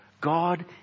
God